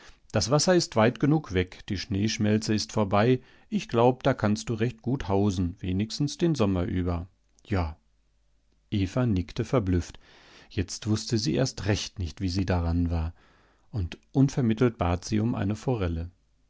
das wasser ist weit genug weg die schneeschmelze ist vorbei ich glaub da kannst du recht gut hausen wenigstens den sommer über ja eva nickte verblüfft jetzt wußte sie erst recht nicht wie sie daran war und unvermittelt bat sie um eine forelle